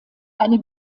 eine